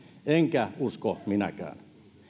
enkä usko minäkään